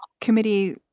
committee